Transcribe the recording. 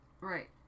Right